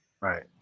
Right